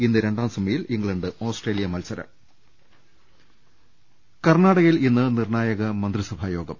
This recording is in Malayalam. ഇന്ന് രണ്ടാം സെമിയിൽ ഇംഗ്ലണ്ട് ഓസ്ട്രേലിയ മത്സരം കർണാടകയിൽ ഇന്ന് നിർണായക മന്ത്രിസഭായോഗം